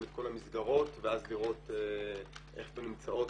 את כל המסגרות ואז לראות איך הן נמצאות,